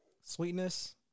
sweetness